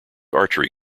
archery